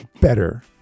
better